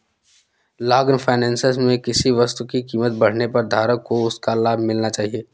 long finance में किसी वस्तु की कीमत बढ़ने पर धारक को उसका लाभ मिलना चाहिए